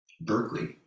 Berkeley